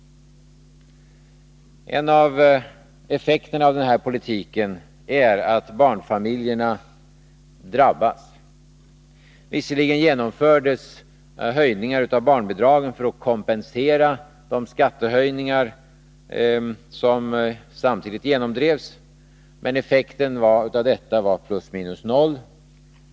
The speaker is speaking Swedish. En av effekterna av denna politik är att barnfamiljerna drabbas. Visserligen genomfördes höjningar av barnbidragen för att kompensera de skattehöjningar som samtidigt genomdrevs, men effekten av detta var plus minus noll.